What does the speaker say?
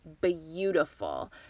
beautiful